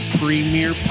premier